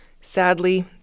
Sadly